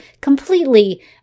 completely